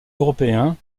européens